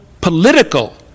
political